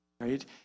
right